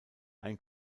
ein